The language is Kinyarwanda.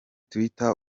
twitter